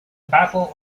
battle